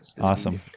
Awesome